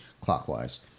clockwise